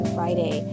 Friday